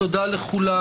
תודה לכולם,